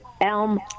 Elm